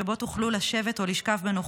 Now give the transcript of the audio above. שבו תוכלו לשבת או לשכב בנוחות.